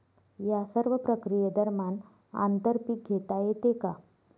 या सर्व प्रक्रिये दरम्यान आंतर पीक घेता येते का?